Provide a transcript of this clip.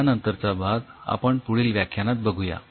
यानंतरचा भाग आपण पुढील व्याख्यानात बघूया